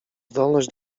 zdolność